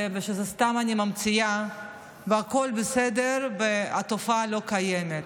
ואני סתם ממציאה והכול בסדר והתופעה לא קיימת.